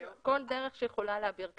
כל דרך שיכולה להעביר כתב.